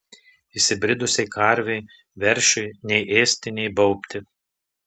įsibridusiai karvei veršiui nei ėsti nei baubti